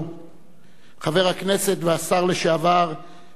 חבר הכנסת והשר לשעבר גדעון עזרא,